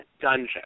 dungeon